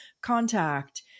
contact